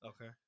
Okay